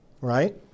right